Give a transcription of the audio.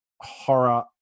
horror